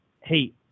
Hey